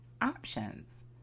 options